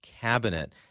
cabinet